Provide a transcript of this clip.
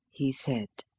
he said.